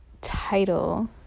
title